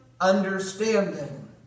understanding